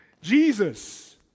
Jesus